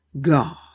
God